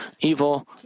evil